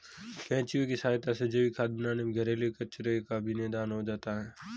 केंचुए की सहायता से जैविक खाद बनाने में घरेलू कचरो का भी निदान हो जाता है